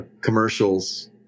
commercials